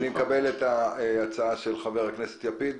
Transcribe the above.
אני מקבל את ההצעה של חבר הכנסת לפיד.